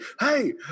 hey